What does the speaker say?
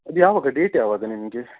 ಇದು ಯಾವಾಗ ಡೇಟ್ ಯಾವಾಗ ನಿಮಗೆ